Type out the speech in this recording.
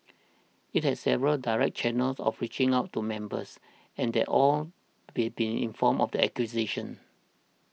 it has several direct channels of reaching out to members and that all have been informed of the acquisition